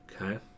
okay